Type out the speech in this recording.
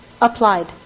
applied